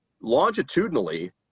Longitudinally